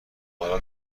حالا